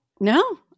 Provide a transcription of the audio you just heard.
No